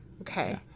Okay